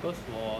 first of all